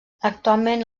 actualment